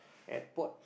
airport